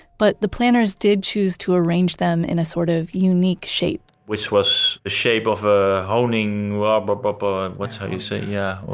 but the planners did choose to arrange them in a sort of unique shape which was the shape of a honing, ah but but um what's how you say? yeah